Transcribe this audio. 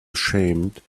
ashamed